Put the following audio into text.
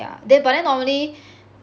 yeah but then normally